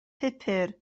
pupur